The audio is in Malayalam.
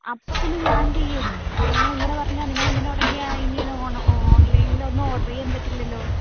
അപ്പം പിന്നെ ഞാൻ എന്തു ചെയ്യും നിങ്ങൾ ഇങ്ങനെ പറഞ്ഞാൽ നിങ്ങൾ ഇങ്ങനെ തുടങ്ങിയാൽ ഇനി ഞാൻ ഓൺലൈനിൽ ഒന്നും ഓഡെർ ചെയ്യാൻ പറ്റില്ലല്ലോ